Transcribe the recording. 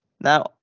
Now